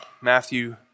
Matthew